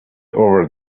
over